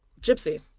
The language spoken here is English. Gypsy